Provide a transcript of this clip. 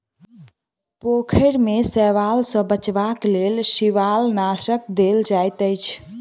पोखैर में शैवाल सॅ बचावक लेल शिवालनाशक देल जाइत अछि